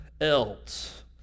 else